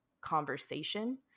conversation